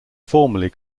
formerly